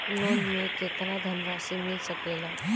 Loan मे केतना धनराशी मिल सकेला?